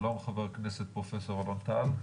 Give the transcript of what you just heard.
שלום ח"כ פרופ' אלון טל.